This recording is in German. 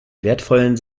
wertvollen